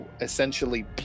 essentially